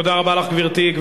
תודה רבה לך, גברתי.